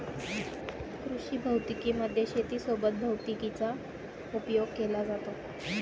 कृषी भौतिकी मध्ये शेती सोबत भैतिकीचा उपयोग केला जातो